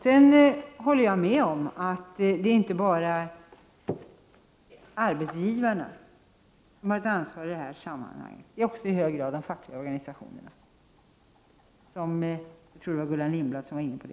Sedan håller jag med om att det inte bara är arbetsgivarna som har ett ansvar i det här sammanhanget, utan det gäller i hög grad även de fackliga organisationerna, något som Gullan Lindblad var inne på.